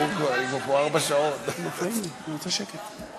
אני רוצה להשתתף.